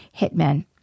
hitmen